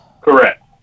Correct